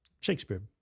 Shakespeare